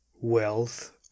Wealth